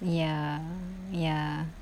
ya ya